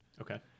okay